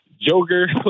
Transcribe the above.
Joker